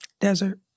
Desert